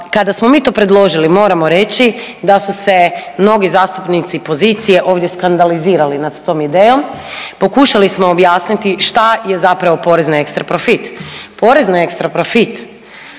Kada smo mi to predložili moramo reći da su se mnogi zastupnici pozicije ovdje skandalizirali nad tom idejom, pokušali smo objasniti šta je zapravo porez na ekstra profit.